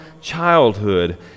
childhood